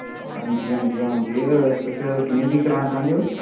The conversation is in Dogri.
हां जी हां जी हांऽजी तुस कि'न्नी तरीक कराना चांह्देओ